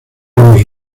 los